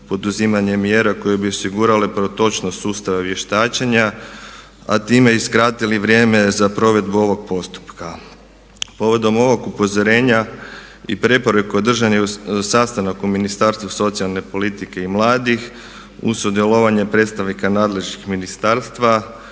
poduzimanje mjera koje bi osigurale protočnost sustava vještačenja, a time i skratili vrijeme za provedbu ovog postupka. Povodom ovog upozorenja i preporuke održan je sastanak u Ministarstvu socijalne politike i mladih uz sudjelovanje predstavnika nadležnih ministarstva